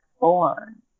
born